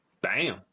Bam